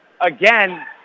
again